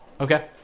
Okay